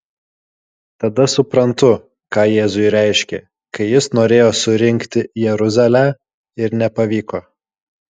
tada suprantu ką jėzui reiškė kai jis norėjo surinkti jeruzalę ir nepavyko